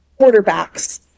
quarterbacks